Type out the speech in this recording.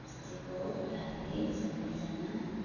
होमस्टेको लागि सबैजना